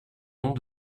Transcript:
noms